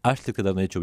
aš tik dar norėčiau